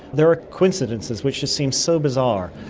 there are coincidences which just seem so bizarre.